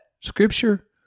scripture